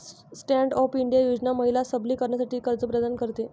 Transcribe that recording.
stand up India योजना महिला सबलीकरणासाठी कर्ज प्रदान करते